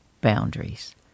boundaries